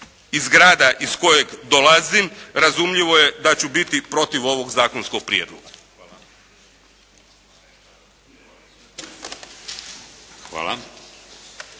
iz grada iz kojeg dolazim, razumljivo je da ću biti protiv ovog zakonskog prijedloga. Hvala.